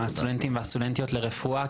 לסטודנטים והסטודנטיות לרפואה,